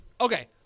okay